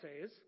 says